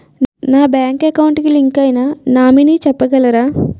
నా bank account కి link అయినా నామినీ చెప్పగలరా?